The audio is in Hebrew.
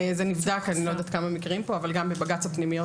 זה נבדק - אני לא יודעת כמה פה מכירים אבל גם בבג"ץ הפנימיות,